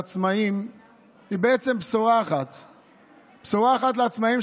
בשורה אחת לעצמאים,